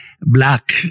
black